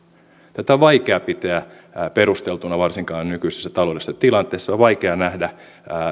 tätä on vaikea pitää perusteltuna varsinkaan nykyisessä taloudellisessa tilanteessa on vaikea nähdä